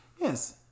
yes